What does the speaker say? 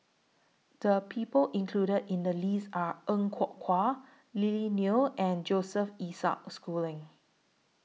The People included in The list Are Er Kwong Wah Lily Neo and Joseph Isaac Schooling